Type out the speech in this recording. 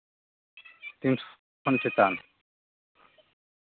ᱛᱤᱱ ᱥᱚ ᱠᱷᱚᱱ ᱪᱮᱛᱟᱱ